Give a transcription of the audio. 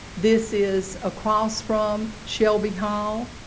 this is across from shelby hall.